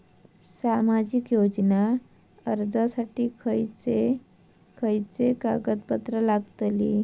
सामाजिक योजना अर्जासाठी खयचे खयचे कागदपत्रा लागतली?